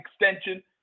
extension